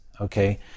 okay